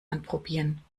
anprobieren